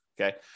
Okay